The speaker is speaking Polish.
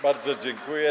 Bardzo dziękuję.